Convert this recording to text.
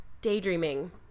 daydreaming